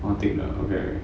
all thick lah okay